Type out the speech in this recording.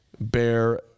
Bear